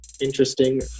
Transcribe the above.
interesting